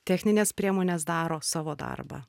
techninės priemonės daro savo darbą